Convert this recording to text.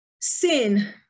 sin